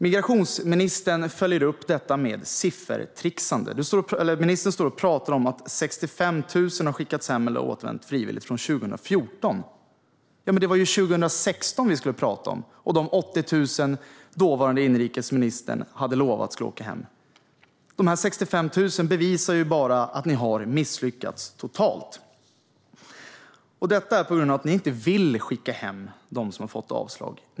Migrationsministern följer upp detta med siffertrixande. Ministern säger att 65 000 har skickats hem eller återvänt frivilligt sedan 2014. Men det var 2016 vi skulle tala om och de 80 000 som dåvarande inrikesministern lovade skulle åka hem. De 65 000 bevisar bara att ni har misslyckats totalt. Detta är på grund av att ni inte vill skicka hem dem som har fått avslag.